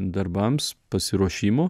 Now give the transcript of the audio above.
darbams pasiruošimo